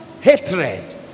hatred